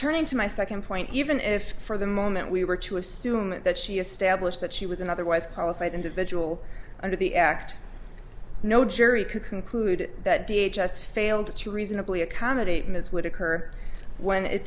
turning to my second point even if for the moment we were to assume that she established that she was an otherwise qualified individual under the act no jury could conclude that da just failed to reasonably accommodate ms would occur when it